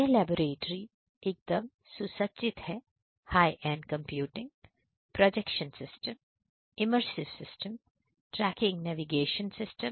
यह लैबोरेट्री सुसज्जित है high end computing projection system immersive system tracking navigation system